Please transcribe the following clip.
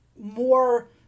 more